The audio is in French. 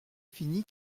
finis